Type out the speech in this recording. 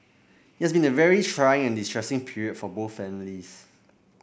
it has been a very trying and distressing period for both families